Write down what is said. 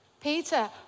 Peter